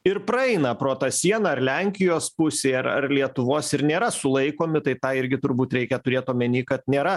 ir praeina pro tą sieną ar lenkijos pusėj ar ar lietuvos ir nėra sulaikomi tai tą irgi turbūt reikia turėt omeny kad nėra